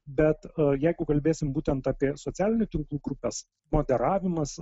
bet jeigu kalbėsim būtent apie socialinių tinklų grupes moderavimas